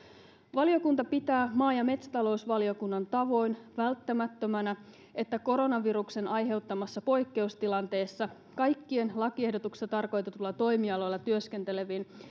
valiokunta pitää maa ja metsätalousvaliokunnan tavoin välttämättömänä että koronaviruksen aiheuttamassa poikkeustilanteessa kaikkien lakiehdotuksessa tarkoitetuilla toimialoilla työskentelevien